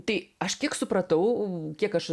tai aš kiek supratau kiek aš